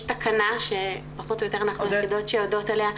יש תקנה שאנחנו פחות או יותר היחידות שיודעות עליה,